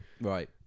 Right